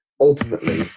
Ultimately